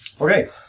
Okay